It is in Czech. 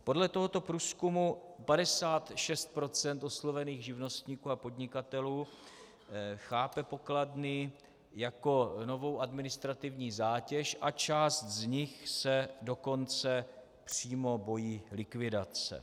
Podle tohoto průzkumu 56 % oslovených živnostníků a podnikatelů chápe pokladny jako novou administrativní zátěž a část z nich se dokonce přímo bojí likvidace.